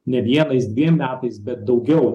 ne vienais dviem metais bet daugiau